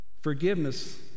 forgiveness